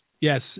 yes